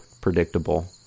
predictable